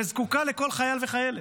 וזקוקה לכל חייל וחיילת.